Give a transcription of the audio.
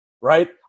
right